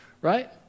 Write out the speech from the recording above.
Right